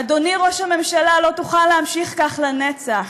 אדוני ראש הממשלה, לא תוכל להמשיך כך לנצח.